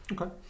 okay